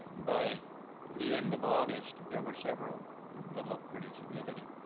by the end of august, there were several that looked pretty significant,